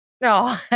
No